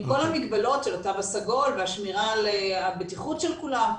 עם כל המגבלות של התו הסגול והשמירה על הבטיחות של כולם,